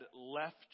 left